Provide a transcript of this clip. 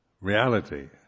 reality